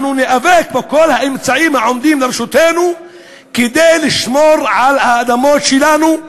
אנחנו ניאבק בכל האמצעים העומדים לרשותנו כדי לשמור על האדמות שלנו,